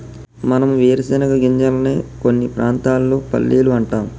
మనం వేరుశనగ గింజలనే కొన్ని ప్రాంతాల్లో పల్లీలు అంటాం